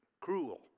cruel